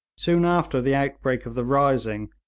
soon after the outbreak of the rising,